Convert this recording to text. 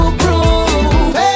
prove